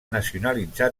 nacionalitzar